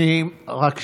רק שנייה.